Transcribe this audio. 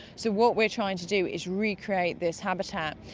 so what we're trying to do is recreate this habitat.